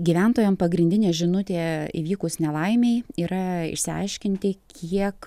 gyventojam pagrindinė žinutė įvykus nelaimei yra išsiaiškinti kiek